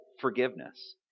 forgiveness